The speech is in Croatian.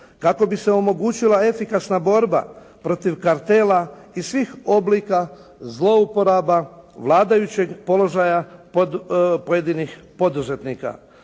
kako bi se omogućila efikasna borba protiv kartela i svih oblika zlouporaba vladajućeg položaja pojedinih poduzetnika.